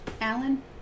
Alan